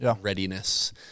readiness